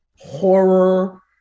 horror